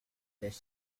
does